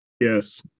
Yes